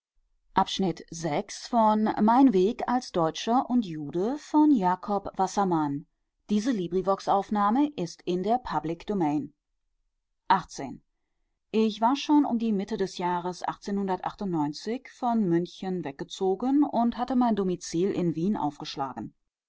ich war schon um die mitte des jahres von münchen weggezogen und hatte mein domizil in wien aufgeschlagen